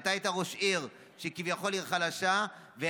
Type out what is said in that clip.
אתה היית ראש עיר של עיר חלשה כביכול,